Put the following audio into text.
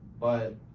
but-